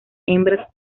hembras